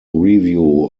review